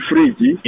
Fridge